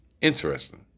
Interesting